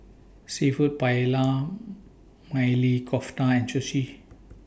Seafood Paella Maili Kofta and Sushi